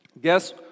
Guess